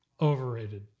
overrated